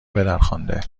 پدرخوانده